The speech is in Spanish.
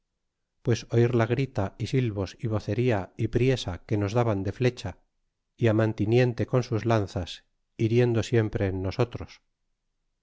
pues oir la grita y su yos y vocería y priesa que nos daban de flecha y mantiniente con sus lanzas hiriendo siempre en nosotros